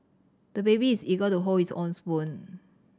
the baby is eager to hold his own spoon